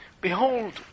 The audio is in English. Behold